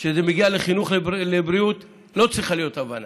כשזה מגיע לחינוך לבריאות, לא צריכה להיות הבנה.